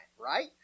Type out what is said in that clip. right